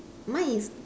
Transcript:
mine is